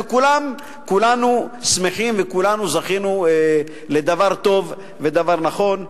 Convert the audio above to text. וכולנו שמחים וכולנו זכינו לדבר טוב ודבר נכון.